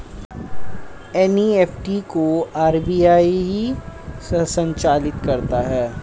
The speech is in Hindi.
एन.ई.एफ.टी को आर.बी.आई ही संचालित करता है